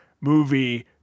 movie